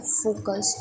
focus